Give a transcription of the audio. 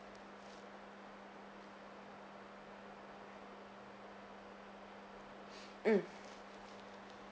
mm